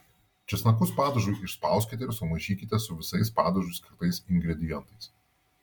česnakus padažui išspauskite ir sumaišykite su visais padažui skirtais ingredientais